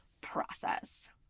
process